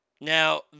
now